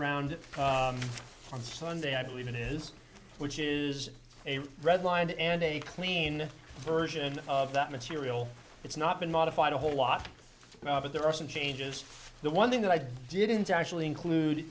around on sunday i believe it is which is a red line and a clean version of that material it's not been modified a whole lot but there are some changes the one thing that i didn't actually include